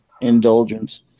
indulgence